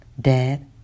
Dad